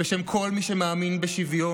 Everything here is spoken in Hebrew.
בשם כל מי שמאמין בשוויון.